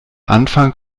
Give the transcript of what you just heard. anfang